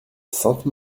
sainte